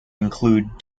include